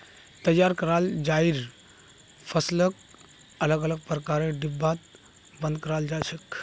तैयार कराल चाइर फसलक अलग अलग प्रकारेर डिब्बात बंद कराल जा छेक